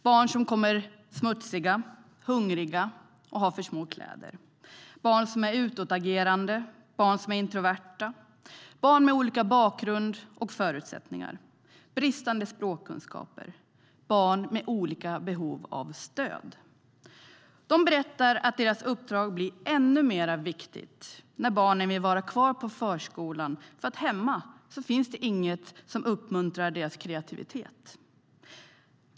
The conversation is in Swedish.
Barn som kommer smutsiga, hungriga och har för små kläder. Barn som är utåtagerande, och barn som är introverta. Barn med olika bakgrund och förutsättningar och bristande språkkunskaper. Barn med olika behov av stöd. De berättar att deras uppdrag blir ännu mer viktigt när barnen vill vara kvar på förskolan, för hemma finns det inget som uppmuntrar deras kreativitet.